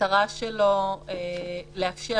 שמטרתו לאפשר,